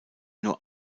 nur